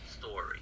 story